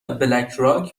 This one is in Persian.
بلکراک